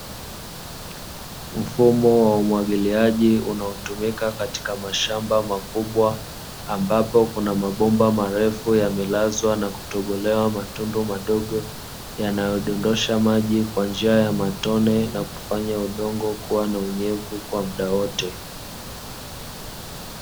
Mfumo wa umwagiliaji unaotumika katika mashamba makubwa, ambapo kuna mabomba marefu yamelazwa na kutobolewa matundu madogo, yanayodondosha maji kwa njia ya matone na kufanya udongo kuwa na unyevu kwa muda wote.